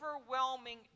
overwhelming